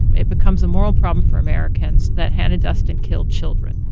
it becomes a moral problem for americans that hannah duston killed children.